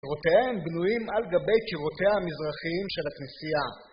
קירותיהן בנויים על גבי קירותיה המזרחיים של הכנסייה.